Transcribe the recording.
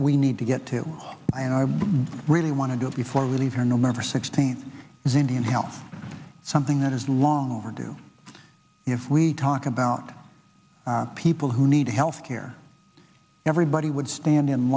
we need to get to and i really want to do it before we leave here november sixteenth is indian health something that is long overdue if we talk about people who need health care everybody would stand in